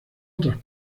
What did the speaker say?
otras